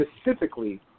specifically